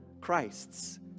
Christs